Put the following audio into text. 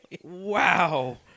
Wow